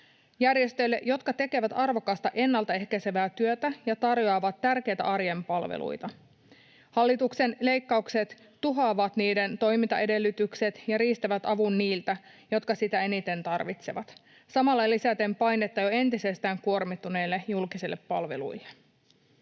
järjestöille, jotka tekevät arvokasta ennalta ehkäisevää työtä ja tarjoavat tärkeitä arjen palveluita. Hallituksen leikkaukset tuhoavat toimintaedellytykset ja riistävät avun niiltä, jotka sitä eniten tarvitsevat, samalla lisäten painetta jo entisestään kuormittuneille julkisille palveluille.